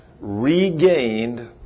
regained